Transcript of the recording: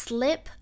Slip